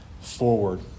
forward